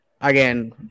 Again